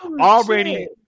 already